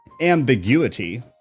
ambiguity